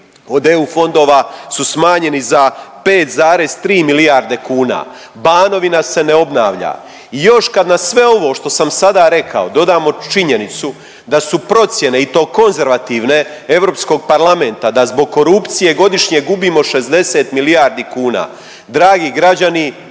od EU fondova su smanjeni za 5,3 milijarde kuna. Banovina se ne obnavlja i još kad na sve ovo što sam sada rekao dodamo činjenicu da su procjene i to konzervativne EU parlamenta da zbog korupcije godišnje gubimo 60 milijardi kuna, dragi građani,